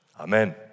Amen